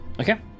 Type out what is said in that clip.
okay